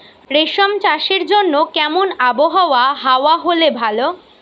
রেশম চাষের জন্য কেমন আবহাওয়া হাওয়া হলে ভালো?